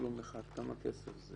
כסף זה